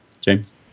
James